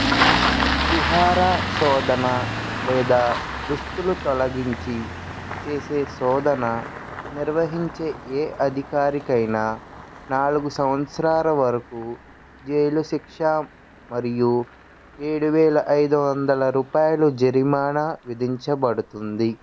కుహర శోధన లేదా దుస్తులు తొలగించి చేసే శోధన నిర్వహించే ఏ అధికారికైనా నాలుగు సంవత్సరాల వరకు జైలు శిక్ష మరియు ఏడు వేల ఐదు వందల రూపాయల జరిమానా విధించబడుతుంది